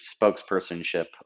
spokespersonship